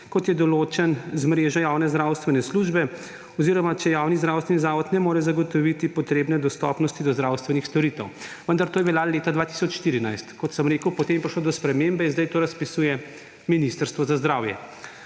kot je določen z mrežo javne zdravstvene službe oziroma če javni zdravstveni zavod ne more zagotoviti potrebne dostopnosti do zdravstvenih storitev. Vendar to je bila leta 2014. Kot sem rekel, potem je prišlo do spremembe in zdaj to razpisuje Ministrstvo za zdravje.